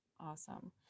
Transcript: Awesome